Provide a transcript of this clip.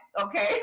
okay